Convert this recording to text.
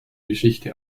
geschichte